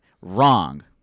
Wrong